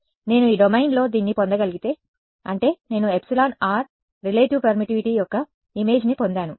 నేను ఈ డొమైన్లో దీన్ని పొందగలిగితే అంటే నేను ఎప్సిలాన్ r రిలేటివ్ పర్మిటివిటీ యొక్క ఇమేజ్ని పొందాను